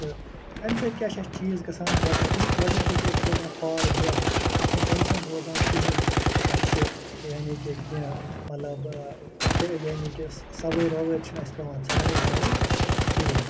تہٕ اَمہِ سۭتۍ کیٛاہ چھِ اَسہِ چیٖز گَژھان گوڈنٮ۪تھٕے گۄڈنٮ۪تھٕے چھِ أسۍ روزان فار بہہ اَسہِ چھَنہٕ ٹٮ۪نشن روزان کِہیٖنۍ اَسہِ چھِ یعنی کہِ کیٚنٛہہ مطلب ٹہٕ یعنی کہِ سَہ سَوٲرۍ ووٲرۍ چھِنہٕ اَسہِ پٮ۪وان ژھانٛڈٕنۍ واڈٕنٛۍ کِہیٖنۍ